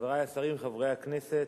חברי השרים, חברי הכנסת,